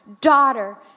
daughter